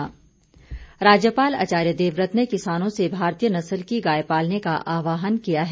राज्यपाल राज्यपाल आचार्य देवव्रत ने किसानों से भारतीय नस्ल की गाय पालने का आहवान किया है